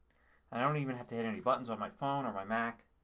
i don't even have to hit any buttons on my phone or my mac.